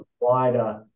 wider